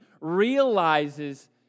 realizes